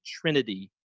trinity